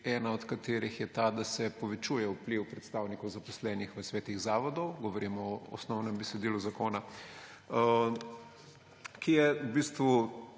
Ena od teh je ta, da se povečuje vpliv predstavnikov zaposlenih v svetih zavodov, govorimo o osnovnem besedilu zakona, ki je javnost